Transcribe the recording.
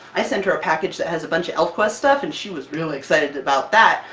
i sent her package that has a bunch of elfquest stuff, and she was really excited about that,